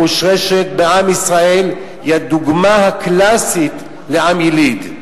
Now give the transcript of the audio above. המושרשת בעם ישראל, היא הדוגמה הקלאסית לעם יליד.